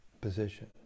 position